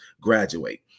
graduate